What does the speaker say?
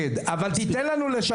תן לו לדבר.